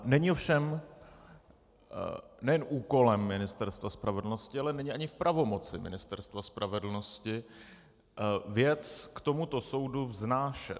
Není ovšem nejen úkolem Ministerstva spravedlnosti, ale není ani v pravomoci Ministerstva spravedlnosti věc k tomuto soudu vznášet.